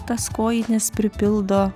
tas kojines pripildo